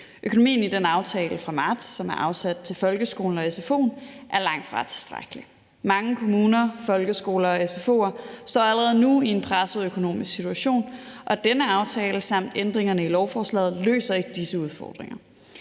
som i aftalen fra marts er afsat til folkeskolen og sfo'en, er langtfra tilstrækkelige. Mange kommuner, folkeskoler og sfo'er står allerede nu i en presset økonomisk situation, og denne aftale samt ændringerne i lovforslaget løser ikke disse udfordringer.